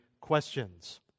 questions